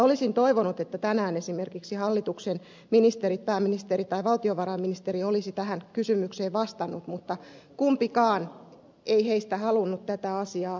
olisin toivonut että tänään esimerkiksi hallituksen ministeri pääministeri tai valtiovarainministeri olisi tähän kysymykseen vastannut mutta kumpikaan heistä ei halunnut tätä asiaa kommentoida